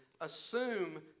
assume